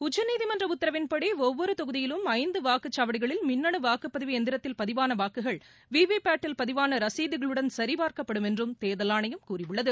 உச்சநீதிமன்ற உத்தரவின்படி ஒவ்வொரு தொகுதியிலும் ஐந்து வாக்குச்சாவடிகளில் மின்னணு வாக்குப்பதிவு எந்திரத்தில் பதிவான வாக்குகள் வி வி பேட் டில் பதிவாள ரசீதுகளுடன் சரிபார்க்கப்படும் என்றும் தேர்தல் ஆணையம் கூறியுள்ளது